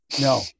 no